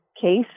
case